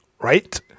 right